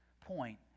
point